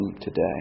today